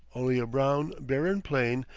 only a brown, barren plain,